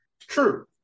True